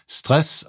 stress